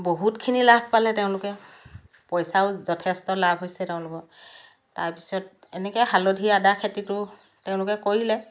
বহুতখিনি লাভ পালে তেওঁলোকে পইচাও যথেষ্ট লাভ হৈছে তেওঁলোকৰ তাৰপিছত এনেকৈ হালধি আদা খেতিটো তেওঁলোকে কৰিলে